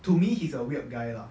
to me it's a weird guy lah